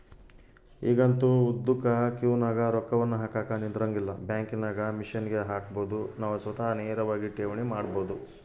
ಈಗಂತೂ ಉದ್ದುಕ ಕ್ಯೂನಗ ರೊಕ್ಕವನ್ನು ಹಾಕಕ ನಿಂದ್ರಂಗಿಲ್ಲ, ಬ್ಯಾಂಕಿನಾಗ ಮಿಷನ್ಗೆ ಹಾಕಬೊದು ನಾವು ಸ್ವತಃ ನೇರವಾಗಿ ಠೇವಣಿ ಮಾಡಬೊದು